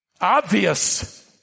obvious